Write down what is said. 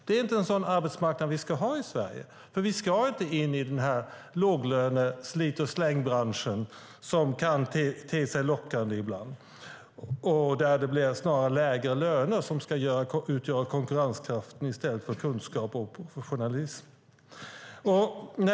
Det är inte en sådan arbetsmarknad vi ska ha i Sverige, för vi ska inte in i låglöne och slit och slängbranschen som kan te sig lockande ibland och där det snarare blir lägre löner som ska utgöra konkurrenskraften än kunskap och professionalism.